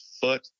foot